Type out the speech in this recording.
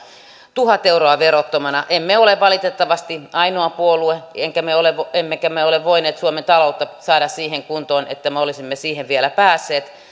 tuhat euroa verottomana emme ole valitettavasti ainoa puolue emmekä me ole voineet suomen taloutta saada siihen kuntoon että me olisimme siihen vielä päässeet